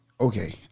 Okay